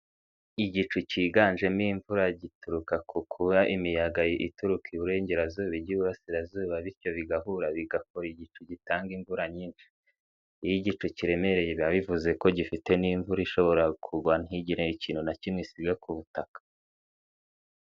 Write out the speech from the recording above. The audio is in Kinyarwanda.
Igicu cyiganjemo imvura gituruka ku kuba imiyaga ituruka iburengerazuba ijya iburasirazuba bityo bigahura bigakora igicu gitanga imvura nyinshi, iyo igicu kiremereye biba bivuze ko gifite n'imvura ishobora kugwa ntigire ikintu na kimwe isiga ku butaka.